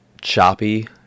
choppy